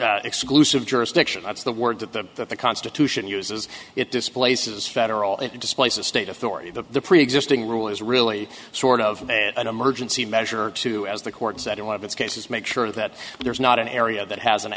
takes exclusive jurisdiction that's the word that the that the constitution uses it displaces federal it displaces state authority but the preexisting rule is really sort of an emergency measure to as the court said in one of its cases make sure that there's not an area that has an